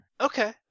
Okay